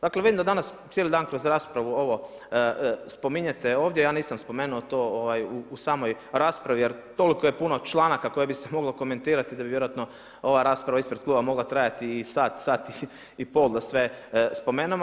Dakle, vidim da danas cijeli dan kroz raspravu ovo spominjete ovdje, ja nisam spomenuo to u samoj raspravi jer toliko je puno članaka koje bi se moglo komentirati da bi vjerojatno ova rasprava ispred kluba mogla trajati i sat, sat i pol da sve spomenemo.